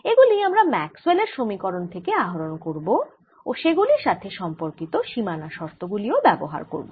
এগুলি আমরা ম্যাক্সওেল এর সমীকরণMaxwell's equations থেকে আহরণ করব ও সে গুলির সাথে সম্পর্কিত সীমানা শর্ত গুলিও ব্যবহার করব